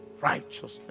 righteousness